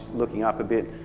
looking up a bit.